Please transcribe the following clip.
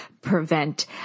prevent